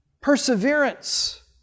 perseverance